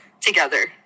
together